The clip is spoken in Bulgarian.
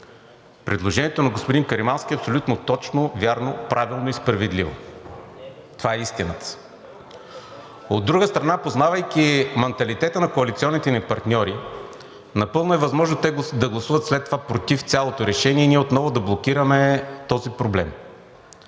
предложението на господин Каримански е абсолютно точно, вярно, правилно и справедливо. Това е истината! От друга страна, познавайки манталитета на коалиционните ни партньори, напълно е възможно те да гласуват след това против цялото решение и ние отново да блокираме тези проблеми.